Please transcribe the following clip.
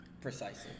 Precisely